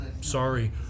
Sorry